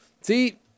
See